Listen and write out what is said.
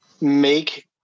make